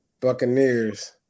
Buccaneers